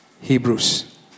Hebrews